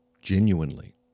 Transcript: genuinely